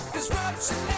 Disruption